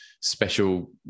special